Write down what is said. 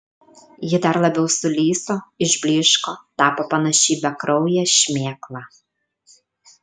ji dar labiau sulyso išblyško tapo panaši į bekrauję šmėklą